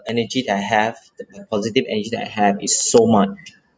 energy that I have the positive energy that I have is so much